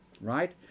Right